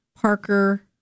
Parker